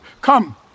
Come